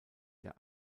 der